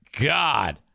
god